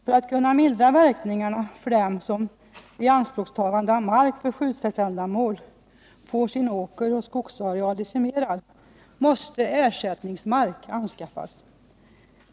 För att kunna mildra verkningarna för dem som vid ianspråktagande av mark för skjutfältsändamål får sin åkeroch skogsareal decimerad måste Nr 48 ersättningsmark anskaffas.